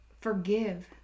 forgive